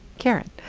karen,